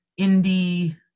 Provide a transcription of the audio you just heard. indie